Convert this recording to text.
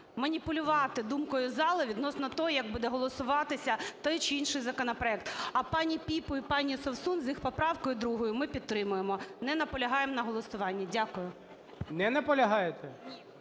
маніпулювати думкою зали відносно того, як буде голосуватися той чи інший законопроект. А пані Піпа і пані Совсун з їх поправкою 2-ю ми підтримуємо, не наполягаємо на голосуванні. Дякую. ГОЛОВУЮЧИЙ. Не наполягаєте?